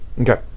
okay